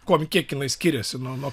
kuom kiek jinai skiriasi nuo nuo